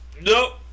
Nope